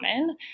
common